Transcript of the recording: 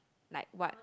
like what